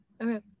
Okay